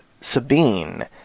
Sabine